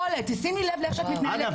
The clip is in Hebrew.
באמת, אין יכולת, תשימי לב איך שאת מתנהלת פה.